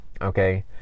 Okay